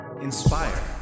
Inspire